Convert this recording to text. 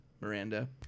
Miranda